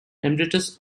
emeritus